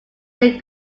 their